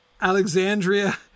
Alexandria